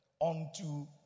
unto